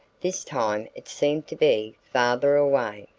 this time it seemed to be farther away.